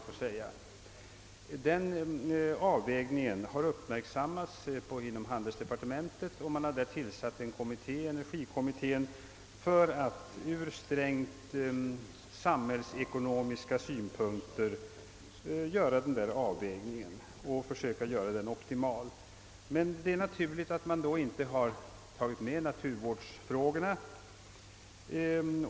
Frågan har uppmärksammats inom handelsdepartementet, där det tillsatts en kommitté — energikommittén — som ur strängt samhällsekonomiska synpunkter skall göra denna avvägning och försöka göra den optimal. Men det är naturligt att man därvidlag inte tagit med naturvårdsfrågorna.